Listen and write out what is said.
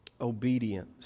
Obedience